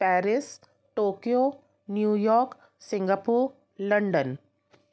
Paris Tokyo New York Singapore London